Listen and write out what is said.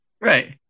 Right